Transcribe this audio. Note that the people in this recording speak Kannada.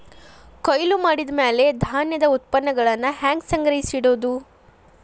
ಕೊಯ್ಲು ಮಾಡಿದ ಮ್ಯಾಲೆ ಧಾನ್ಯದ ಉತ್ಪನ್ನಗಳನ್ನ ಹ್ಯಾಂಗ್ ಸಂಗ್ರಹಿಸಿಡೋದು?